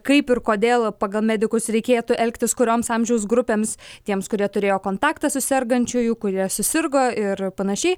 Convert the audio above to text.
kaip ir kodėl pagal medikus reikėtų elgtis kurioms amžiaus grupėms tiems kurie turėjo kontaktą su sergančiuju kurie susirgo ir panašiai